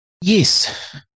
Yes